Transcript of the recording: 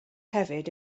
hefyd